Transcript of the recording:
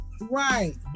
right